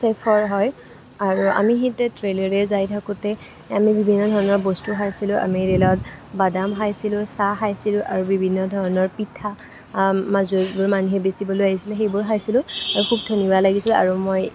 safer হয় আৰু আমি সেই তাত ৰেলেৰে যাই থাকোঁতে আমি বিভিন্ন ধৰণৰ বস্তু খাইছিলোঁ আমি ৰেলত বাডাম খাইছিলোঁ চাহ খাইছিলোঁ আৰু বিভিন্ন ধৰণৰ পিঠা যোনবোৰ মানুহে বেচিবলৈ আহিছিলে সেইবোৰ খাইছিলোঁ আৰু খুব ধুনীয়া লাগিছিল আৰু মই